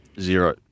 Zero